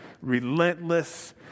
relentless